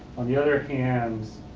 on the other hand,